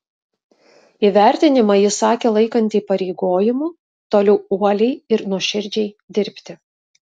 įvertinimą ji sakė laikanti įpareigojimu toliau uoliai ir nuoširdžiai dirbti